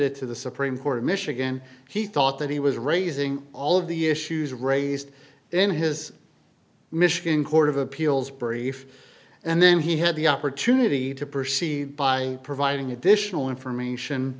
it to the supreme court of michigan he thought that he was raising all of the issues raised in his michigan court of appeals brief and then he had the opportunity to proceed by providing additional information